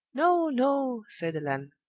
no, no! said allan,